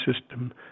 system